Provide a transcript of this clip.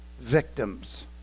victims